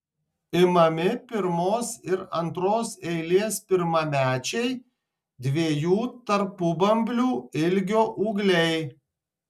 imami pirmos ir antros eilės pirmamečiai dviejų tarpubamblių ilgio ūgliai